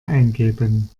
eingeben